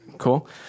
cool